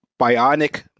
bionic